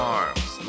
arms